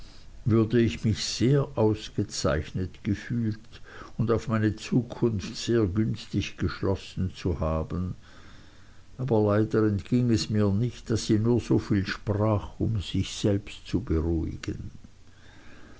würde ich mich sehr ausgezeichnet gefühlt und auf meine zukunft sehr günstig geschlossen haben aber leider entging es mir nicht daß sie nur so viel sprach um sich selbst zu beruhigen